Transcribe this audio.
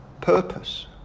purpose